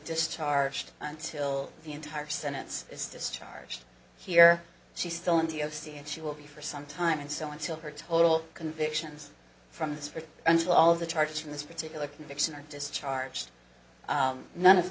discharged until the entire sentence is discharged here she's still in the o c and she will be for some time and so until her total convictions from this for until all of the charges from this particular conviction are discharged none of